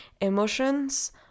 emotions